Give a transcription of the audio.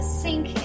sink